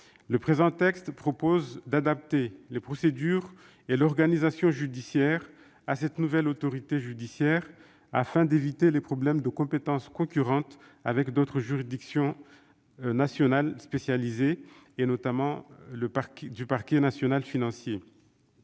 Le présent texte prévoit d'adapter les procédures et l'organisation judiciaires à la création de cette nouvelle autorité judicaire, afin d'éviter les problèmes de concurrence de compétences avec d'autres juridictions nationales spécialisées, notamment le parquet national financier.